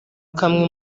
kamwe